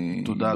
תודה,